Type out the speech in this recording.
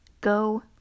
Go